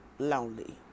lonely